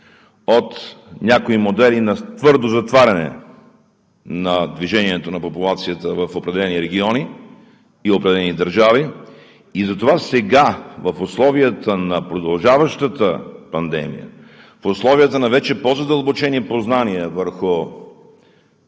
от някои модели на твърдо затваряне на движението на популацията в определени региони и определени държави. И затова сега, в условията на продължаващата пандемия, в условията на вече по-задълбочени познания върху